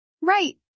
Right